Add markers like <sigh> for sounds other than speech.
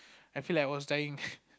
I feel like was dying <laughs>